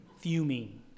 fuming